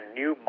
new